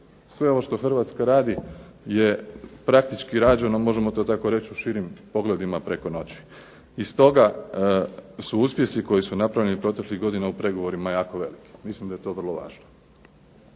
Sve ovo što Hrvatska radi je praktički rađeno možemo to tako reći u širim pogledima preko noći. I stoga su uspjesi koji su napravljeni proteklih godina u pregovorima jako veliki. Mislim da je to vrlo važno.